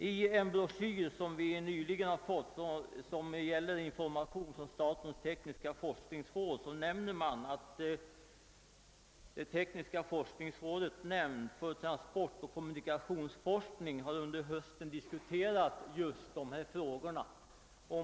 I en broschyr med information som vi nyligen fått från statens tekniska forskningsråd omnämns, att tekniska forskningsrådets nämnd för transport och kommunikationsforskning under hösten diskuterat just de här frågorna.